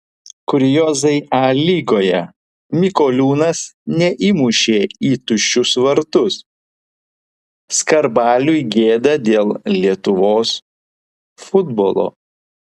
kuriozai a lygoje mikoliūnas neįmušė į tuščius vartus skarbaliui gėda dėl lietuvos futbolo